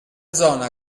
zona